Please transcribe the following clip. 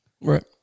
Right